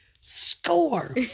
Score